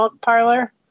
parlor